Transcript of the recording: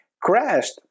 crashed